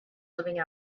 living